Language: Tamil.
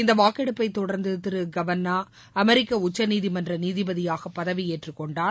இந்த வாக்கெடுப்பை தொடர்ந்து திரு கவானா அமெரிக்க உக்சநீதிமன்ற நீதிபதியாக பதவியேற்றுக் கொண்டார்